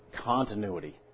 continuity